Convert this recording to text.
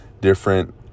different